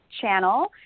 channel